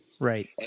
Right